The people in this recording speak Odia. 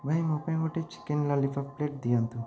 ଭାଇ ମୋ ପାଇଁ ଗୋଟିଏ ଚିକେନ୍ ଲଲିପପ୍ ପ୍ଲେଟ୍ ଦିଅନ୍ତୁ